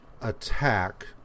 attack